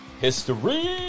history